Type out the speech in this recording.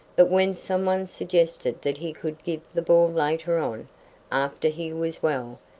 but when some one suggested that he could give the ball later on, after he was well,